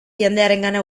jendearengana